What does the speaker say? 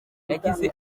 yagize